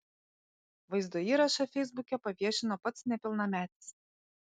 vaizdo įrašą feisbuke paviešino pats nepilnametis